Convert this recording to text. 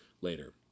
later